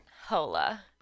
hola